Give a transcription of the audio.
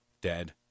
dead